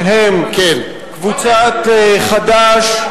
שהם קבוצת חד"ש,